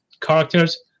characters